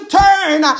turn